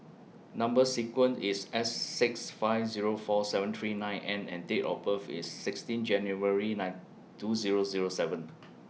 Number sequence IS S six five Zero four seven three nine N and Date of birth IS sixteen January nine two Zero Zero seven